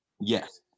Yes